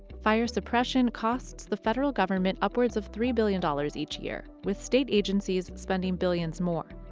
fire suppression costs the federal government upwards of three billion dollars each year, with state agencies spending billions more.